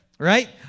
right